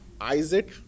Isaac